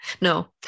No